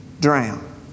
drown